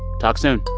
talk soon